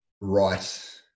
right